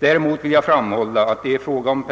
Däremot vill jag framhålla att det i fråga om